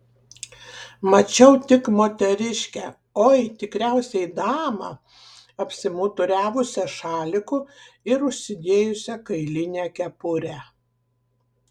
mačiau tik moteriškę oi tikriausiai damą apsimuturiavusią šaliku ir užsidėjusią kailinę kepurę